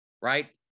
Right